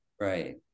right